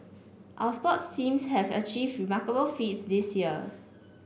our sports teams have achieved remarkable feats this year